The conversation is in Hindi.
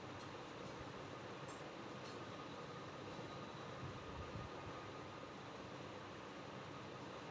किसी देश की संकीर्ण रूप से परिभाषित मुद्रा आपूर्ति का बड़ा हिस्सा होता है